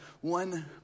one